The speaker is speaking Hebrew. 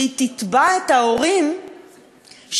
שהיא תתבע את ההורים שבחרו,